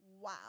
Wow